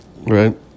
Right